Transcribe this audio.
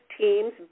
teams